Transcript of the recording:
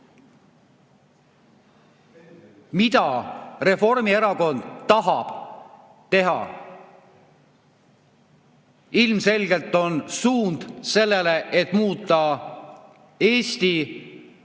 Mida Reformierakond tahab teha? Ilmselgelt on suund sellele, et muuta Eesti Euroopa